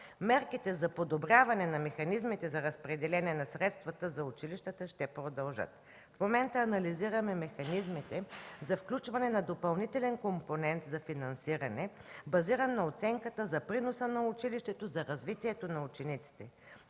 Мерките за подобряване на механизмите за разпределение на средствата за училищата ще продължат. В момента анализираме механизмите за включване на допълнителен компонент за финансиране, базиран на оценката за приноса на училището за развитието на учениците.